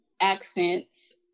accents